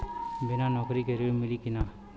बिना नौकरी के ऋण मिली कि ना?